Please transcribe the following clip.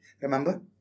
Remember